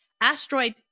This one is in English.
asteroid